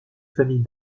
famille